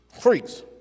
Freaks